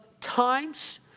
times